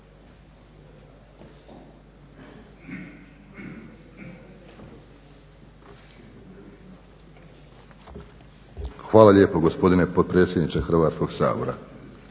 Hvala lijepo gospodine potpredsjedniče Hrvatskog sabora.